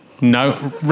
No